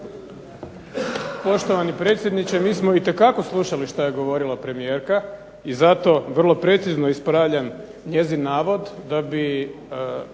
Poštovani predsjedniče mi smo itekako slušali što je govorila premijerka i zato vrlo precizno ispravljam njezin navod da bi